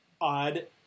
odd